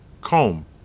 comb